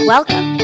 Welcome